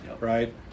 right